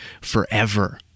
forever